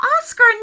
Oscar